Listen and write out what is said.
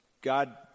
God